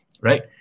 Right